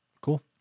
Cool